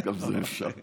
אז גם זה אפשר.